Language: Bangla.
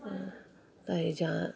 হ্যাঁ তাই জা